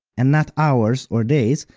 and not hours or days,